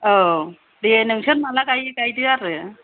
औ दे नोंसोर माला गाइयो गाइदो आरो